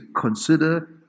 consider